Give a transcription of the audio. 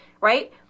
right